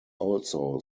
also